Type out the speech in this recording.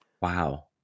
Wow